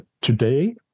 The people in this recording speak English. today